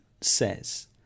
says